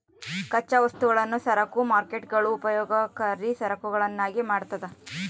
ಕಚ್ಚಾ ವಸ್ತುಗಳನ್ನು ಸರಕು ಮಾರ್ಕೇಟ್ಗುಳು ಉಪಯೋಗಕರಿ ಸರಕುಗಳನ್ನಾಗಿ ಮಾಡ್ತದ